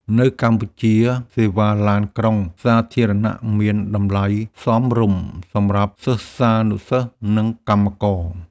នៅកម្ពុជា សេវាឡានក្រុងសាធារណៈមានតម្លៃសមរម្យសម្រាប់សិស្សានុសិស្ស និងកម្មករ។